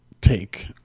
take